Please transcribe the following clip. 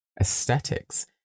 aesthetics